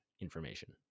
information